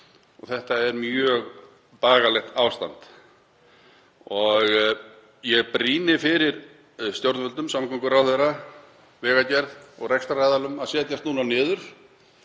og þetta er mjög bagalegt ástand. Ég brýni fyrir stjórnvöldum, samgönguráðherra, Vegagerð og rekstraraðilum að setjast núna niður